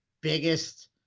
biggest